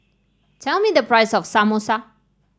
tell me the price of Samosa